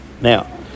Now